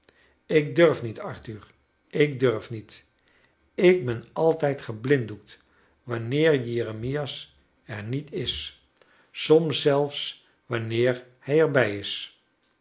ik durf niet arthur ik durf niet ik ben altijd geblinddoekt wanneer jeremias er niet is soms zelfs wanneer hij er bij is